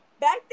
back